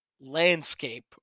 landscape